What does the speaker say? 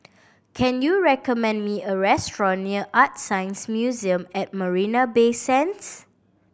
can you recommend me a restaurant near ArtScience Museum at Marina Bay Sands